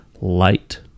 Light